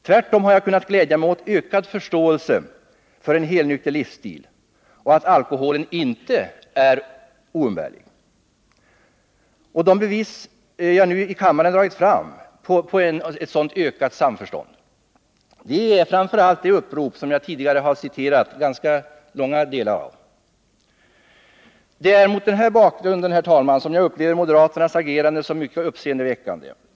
Tvärtom har jag kunnat glädja mig åt ökad förståelse för en helnykter livsstil och att alkoholen inte är oumbärlig. Och de bevis jag nu i kammaren dragit fram på ett sådant ökat samförstånd är framför allt det upprop som jag tidigare har citerat ganska långa delar av. Det är mot den här bakgrunden, herr talman, som jag upplever moderaternas agerande som mycket uppseendeväckande.